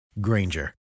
Granger